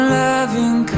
loving